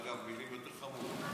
אגב, מילים יותר חמורות.